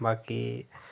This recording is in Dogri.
बाकी